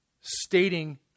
stating